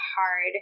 hard